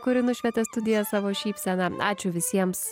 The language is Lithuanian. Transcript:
kuri nušvietė studiją savo šypsena ačiū visiems